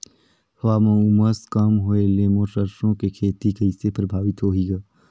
हवा म उमस कम होए ले मोर सरसो के खेती कइसे प्रभावित होही ग?